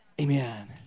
Amen